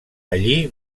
allí